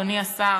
אדוני השר,